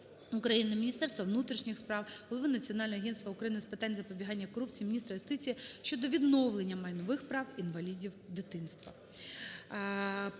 України, Міністерства внутрішніх справ, голови Національного агентства України з питань запобігання корупції, міністра юстиції щодо відновлення майнових прав інвалідів дитинства.